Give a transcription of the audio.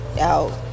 out